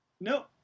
no